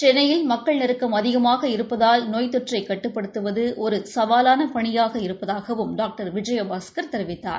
சென்னையில் மக்கள் நெருக்கம் அதிகமாக இருப்பதால் நோய் தொற்றை கட்டுப்படுத்துவது ஒரு சவாலான பணியாக இருப்பதாகவும் டாக்டர் விஜயபாஸ்கர் தெரிவித்தார்